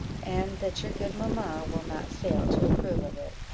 and that your good mamma will not fail to approve of it.